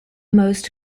most